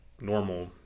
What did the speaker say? normal